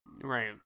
Right